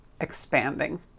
Expanding